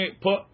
put